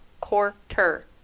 quarter